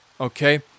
okay